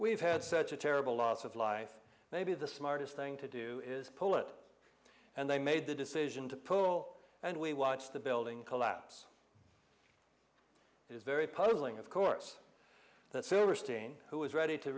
we've had such a terrible loss of life maybe the smartest thing to do is pull it and they made the decision to pull and we watched the building collapse is very puzzling of course that sooner stain who is ready to